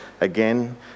again